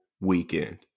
weekend